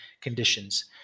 conditions